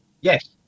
Yes